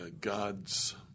God's